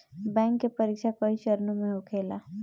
bank के परीक्षा कई चरणों में होखेला